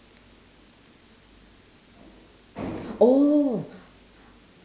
oh